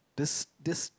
this this